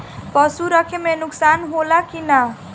पशु रखे मे नुकसान होला कि न?